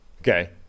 okay